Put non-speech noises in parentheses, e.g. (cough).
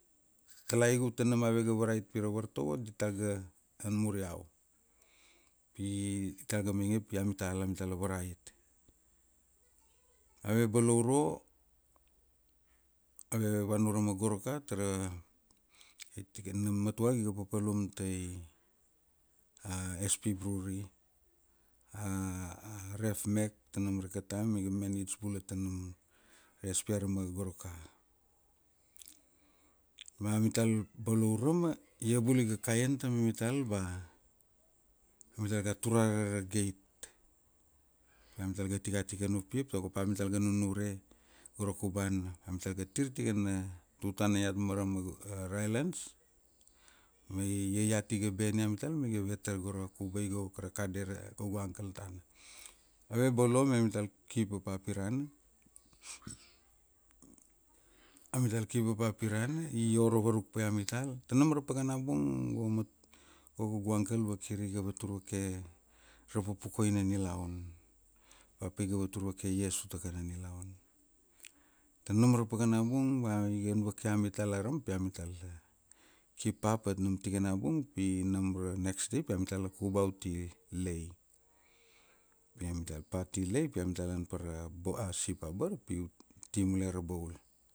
Talaigu tanam avega varait pira vartovo dital ga an mur iau, pi dital ga mainge pi amital amitala varait. Ave bolo uro, ave vana urama Goroka tara taitikana matuagu iga papalum tai (hesitation) SP Brury, (hesitation) ref mek ta nam raika taim maiga manage bula tanam ra SP arama Goroka. Ma amital bolo urama, ia bala iga kaian ta mamital ba mital ga tur ara ra geit pi amital ga tikatikan upia tago pamital ga nunure gora kubana. Amital ga tir tikana tutana iat marama ailans ma ia iat iga ben ia mital ma iga vetar go ra kubai go ka ra kadere, kaugu angkel tana. Ave bolo ma mital ki papa pirana, amital ki papa pirana i oro varuk paia mital tanam ra paka na bung go mat go kaugu angkel vakiriga vaturvake ra pupukuai na nilaun. Ba paiga vatur vake iesu takana nilaun. Tanam ra paka na bung ba iga an vake amital arama pi amital ki pa pi nam tikana bung pi nam ra neks dei pi amitala kuba uti Lae, pi mital pa ti Lae pi mital an pa ra sip abara pi uti mule Rabaul.